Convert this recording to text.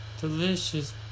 delicious